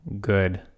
good